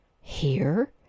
Here